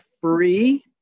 free